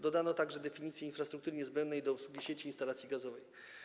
Dodano także definicję infrastruktury niezbędnej do obsługi sieci instalacji gazowej.